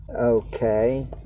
okay